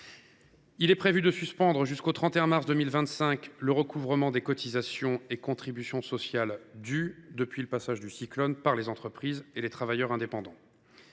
Il est ainsi prévu de suspendre, jusqu’au 31 mars 2025, le recouvrement des cotisations et contributions sociales dues depuis le passage du cyclone par les entreprises et les travailleurs indépendants.